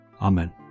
Amen